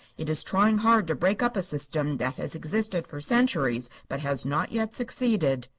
it is trying hard to break up a system that has existed for centuries, but has not yet succeeded.